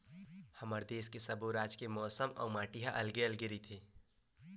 हमर देस के सब्बो राज के मउसम अउ माटी ह अलगे अलगे रहिथे